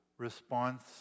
response